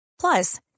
Plus